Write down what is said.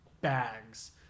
bags